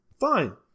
fine